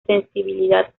sensibilidad